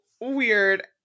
weird